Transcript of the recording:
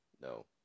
No